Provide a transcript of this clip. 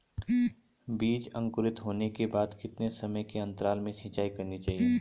बीज अंकुरित होने के बाद कितने समय के अंतराल में सिंचाई करनी चाहिए?